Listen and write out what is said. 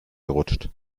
gerutscht